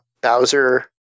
Bowser